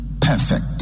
perfect